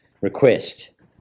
request